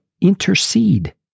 intercede